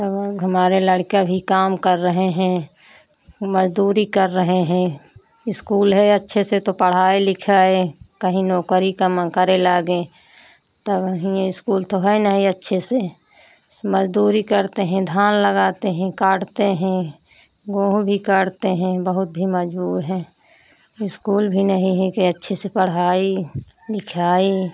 तो हमारे लड़का भी काम कर रहे हैं मज़दूरी कर रहे हैं इस्कूल है अच्छे से तो पढ़ाई लिखाई कहीं नौकरी कम करे लागे तो हियें स्कूल तो है नहीं अच्छे से सब मज़दूरी करते हैं धान लगाते हैं काटते हैं गोहूँ भी काटते हैं बहुत भी मज़दूर हैं इस्कूल भी नहीं है कि अच्छे से पढ़ाई लिखाई